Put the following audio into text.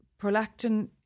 prolactin